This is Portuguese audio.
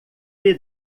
lhe